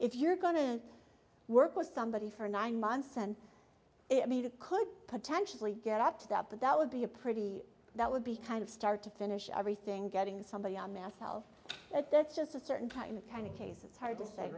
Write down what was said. if you're going to work with somebody for nine months and it needed could potentially get up to that but that would be a pretty that would be kind of start to finish everything getting somebody on mass health but that's just a certain kind of kind of case it's hard to say